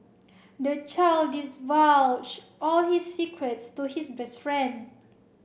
the child divulged all his secrets to his best friend